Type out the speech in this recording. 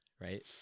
Right